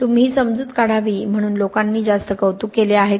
तुम्ही ही समजूत काढावी म्हणून लोकांनी जास्त कौतुक केले आहे का